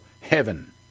heaven